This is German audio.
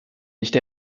nicht